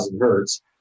hertz